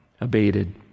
abated